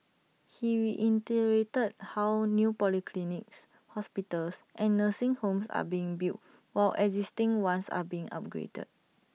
he reiterated how new polyclinics hospitals and nursing homes are being built while existing ones are being upgraded